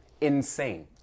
Insane